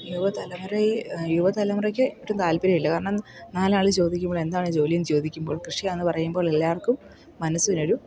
യുവതലമുറയ് യുവതലമുറയ്ക്ക് ഒട്ടും താല്പര്യം ഇല്ല കാരണം നാലാൾ ചോദിക്കുമ്പോൾ എന്താണ് ജോലി എന്ന് ചോദിക്കുമ്പോൾ കൃഷിയാണെന്ന് പറയുമ്പോൾ എല്ലാവർക്കും മനസ്സിനൊരു